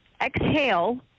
exhale